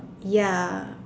ya